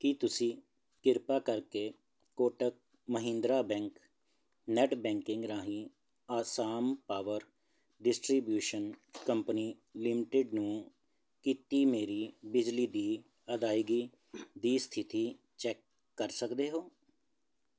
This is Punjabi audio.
ਕੀ ਤੁਸੀਂ ਕਿਰਪਾ ਕਰਕੇ Kotak Mahindra bank net banking ਰਾਹੀਂ Assam power distribution company limited ਨੂੰ ਕੀਤੀ ਮੇਰੀ ਬਿਜਲੀ ਦੀ ਅਦਾਇਗੀ ਦੀ ਸਥਿਤੀ ਚੈਕ ਕਰ ਸਕਦੇ ਹੋ